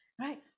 right